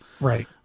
Right